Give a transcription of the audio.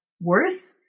worth